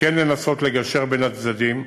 כן לנסות לגשר בין הצדדים.